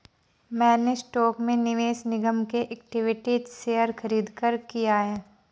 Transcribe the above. मैंने स्टॉक में निवेश निगम के इक्विटी शेयर खरीदकर किया है